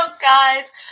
guys